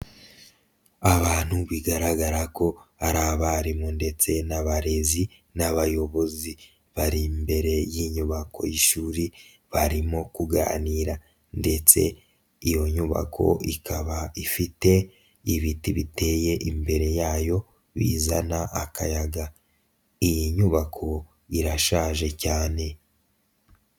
Abantu bigaragara ko ari abarimu ndetse n'abarezi n'abayobozi bari imbere y'inyubako y'ishuri barimo kuganira ndetse iyo nyubako ikaba ifite ibiti biteye imbere yayo bizana akayaga, iyi nyubako irashaje cyane.